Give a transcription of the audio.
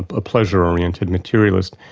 a pleasure-oriented materialist.